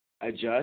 adjust